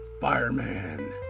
fireman